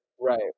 Right